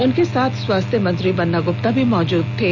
उनके साथ स्वास्थ्य मंत्री बन्ना ग्रप्ता भी मौजूद थे